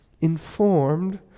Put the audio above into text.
informed